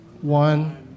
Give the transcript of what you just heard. one